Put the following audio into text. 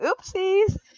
oopsies